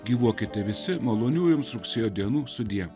gyvuokite visi malonių jums rugsėjo dienų sudie